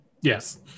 Yes